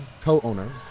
co-owner